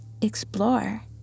explore